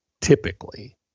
Typically